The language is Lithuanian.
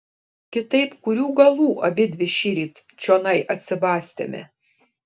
kitaip kurių galų abidvi šįryt čionai atsibastėme